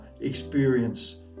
experience